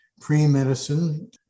pre-medicine